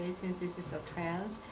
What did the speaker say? since this is a trans.